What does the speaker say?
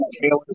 Taylor